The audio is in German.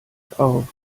auf